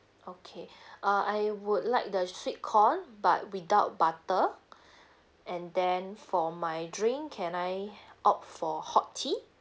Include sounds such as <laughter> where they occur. okay <breath> uh I would like the sweet corn but without butter <breath> and then for my drink can I opt for hot tea